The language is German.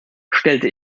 stellte